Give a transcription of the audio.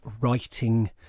Writing